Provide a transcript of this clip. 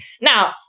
Now